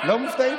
לא מופתעים?